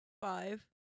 five